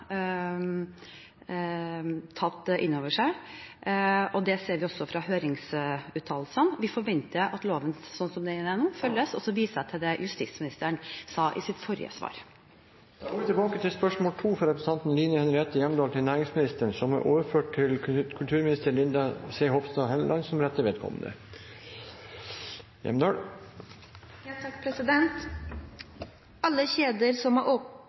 seg, og det ser vi også fra høringsuttalelsene. Vi forventer at loven, som den er nå, følges. Og så viser jeg til det som justisministeren sa i sitt svar på det forrige spørsmålet. Da går vi tilbake til spørsmål 2. Dette spørsmålet, fra representanten Line Henriette Hjemdal til næringsministeren, er overført til kulturministeren som rette vedkommende. «Alle kjedene som har åpnet butikker på søndager, har brukt millioner av kroner på å